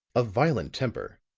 of violent temper,